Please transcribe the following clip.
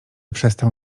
przestał